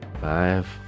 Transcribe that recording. five